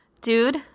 dude